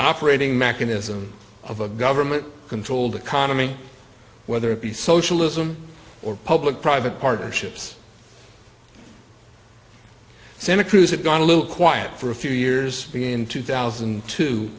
operating mechanism of a government controlled economy whether it be socialism or public private partnerships santa cruz it got a little quiet for a few years in two thousand